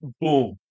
boom